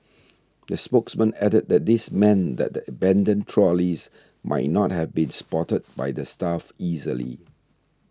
the spokesmen added that this meant that the abandoned trolleys might not have been spotted by the staff easily